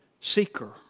seeker